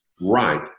Right